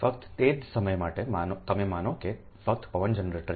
ફક્ત તે જ સમય માટે તમે માનો કે ફક્ત પવન જનરેટર છે